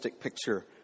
picture